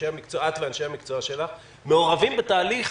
את ואנשי המקצוע שלך מעורבים בתהליך